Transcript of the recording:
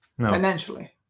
financially